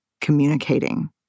communicating